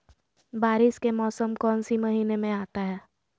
बारिस के मौसम कौन सी महीने में आता है?